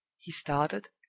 he started,